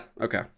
okay